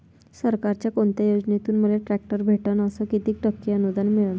सरकारच्या कोनत्या योजनेतून मले ट्रॅक्टर भेटन अस किती टक्के अनुदान मिळन?